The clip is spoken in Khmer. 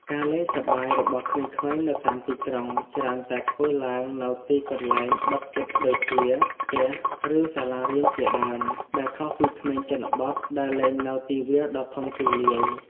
ការលេងសប្បាយរបស់ក្មេងៗនៅតាមទីក្រុងច្រើនតែធ្វើឡើងនៅទីកន្លែងបិទជិតដូចជាផ្ទះឬសាលារៀនជាដើម ដែលខុសពីក្មេងជនបទដែលលេងនៅទីវាលដ៏ធំទូលាយ។